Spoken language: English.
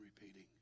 repeating